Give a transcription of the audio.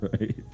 Right